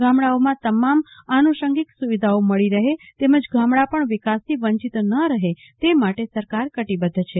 ગામડાઓમાં તમામ આનુષાંગિક સુવિધાઓ મળી રહે તેમજ ગામડાં પણ વિકાસથી વંચિત ન રહે તે માટે સરકાર કટિબધ્ધ છે